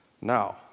Now